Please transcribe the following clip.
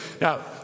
Now